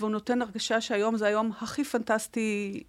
והוא נותן הרגשה שהיום זה היום הכי פנטסטי